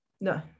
No